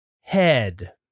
head